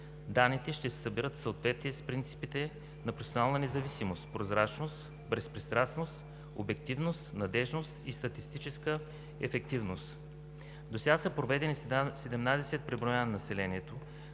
Данните ще се събират в съответствие с принципите на професионална независимост, прозрачност, безпристрастност, обективност, надеждност и статистическа ефективност. Досега са проведени 17 преброявания на населението,